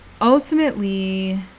ultimately